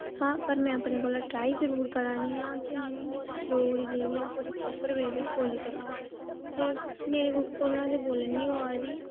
हां पर मैं अपने कोला ट्राई जरूर करै'नी आं के मैं डोगरी जेह्ड़ी ऐ पूरी प्रापर वे बिच्च बोली सकां ते मेरे कोला ते बोलन नी होआ दी